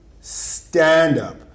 stand-up